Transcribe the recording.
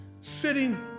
sitting